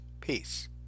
Peace